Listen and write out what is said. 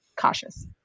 cautious